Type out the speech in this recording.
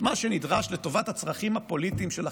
את מה שנדרש לטובת הצרכים הפוליטיים שלכם,